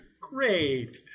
great